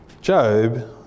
Job